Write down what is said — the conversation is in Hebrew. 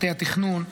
מטה התכנון,